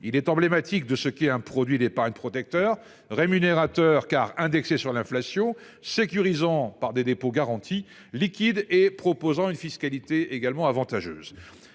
Il est emblématique de ce qui est un produit d'épargne protecteur rémunérateur car indexés sur l'inflation sécurisant par des dépôts garantis liquide et proposant une fiscalité également avantageuse.